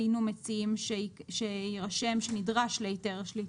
היינו מציעים שיירשם "שנדרש להיתר שליטה".